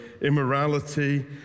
immorality